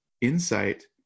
insight